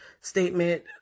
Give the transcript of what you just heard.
statement